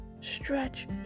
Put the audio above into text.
stretch